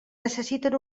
necessiten